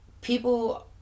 people